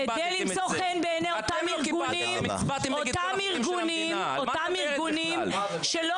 כדי למצוא חן בעיני אותם ארגונים --- אתם לא